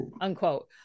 Unquote